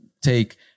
take